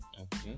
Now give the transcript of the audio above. okay